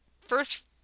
first